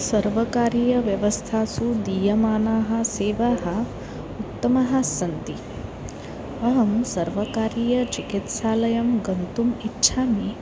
सर्वकारीयव्यवस्थासु दीयमानाः सेवाः उत्तमाः सन्ति अहं सर्वकारीयचिकित्सालयं गन्तुम् इच्छामि